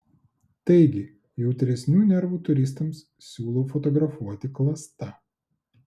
taigi jautresnių nervų turistams siūlau fotografuoti klasta